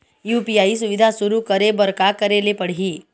UPI सुविधा शुरू करे बर का करे ले पड़ही?